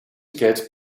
get